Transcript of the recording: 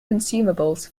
consumables